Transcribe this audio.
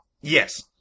Yes